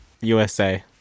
USA